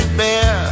bear